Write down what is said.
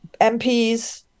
MPs